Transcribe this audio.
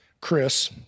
Chris